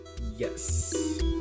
Yes